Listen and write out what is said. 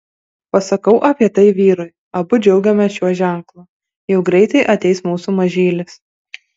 pasakau apie tai vyrui abu džiaugiamės šiuo ženklu jau greitai ateis mūsų mažylis